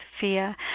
fear